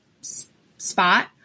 spot